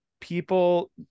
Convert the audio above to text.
people